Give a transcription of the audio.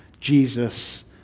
Jesus